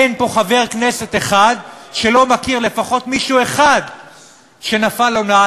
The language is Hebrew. אין פה חבר כנסת אחד שלא מכיר לפחות מישהו אחד שנפל בהונאה,